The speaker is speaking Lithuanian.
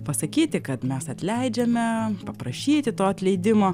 pasakyti kad mes atleidžiame paprašyti to atleidimo